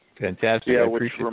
Fantastic